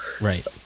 Right